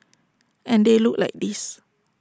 and they look like this